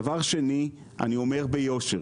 דבר שני אני אומר ביושר,